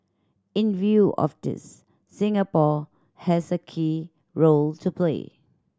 in view of this Singapore has a key role to play